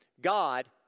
God